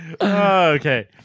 Okay